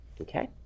okay